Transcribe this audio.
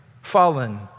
fallen